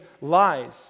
lies